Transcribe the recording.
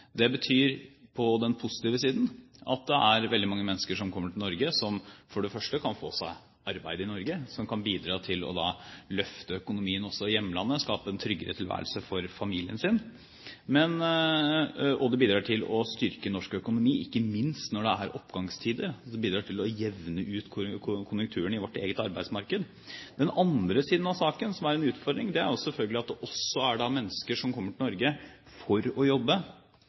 Det betyr på den positive siden at det er veldig mange mennesker som kommer til Norge som for det første kan få seg arbeid i Norge, som da kan bidra til å løfte økonomien også i hjemlandet, skape en tryggere tilværelse for familien sin, og det bidrar til å styrke norsk økonomi, ikke minst når det er oppgangstider. Det bidrar altså til å jevne ut konjunkturen i vårt eget arbeidsmarked. Den andre siden av saken, som er en utfordring, er selvfølgelig at det også er mennesker som kommer til Norge for å jobbe